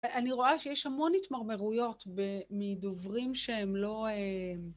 אני רואה שיש המון התמרמרויות מדוברים שהם לא...